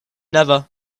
never